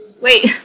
Wait